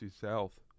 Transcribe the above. South